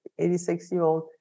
86-year-old